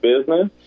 business